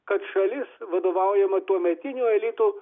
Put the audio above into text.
kad šalis vadovaujama tuometinio elito